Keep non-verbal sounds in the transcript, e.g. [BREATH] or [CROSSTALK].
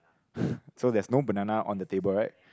[BREATH] so there's no banana on the table right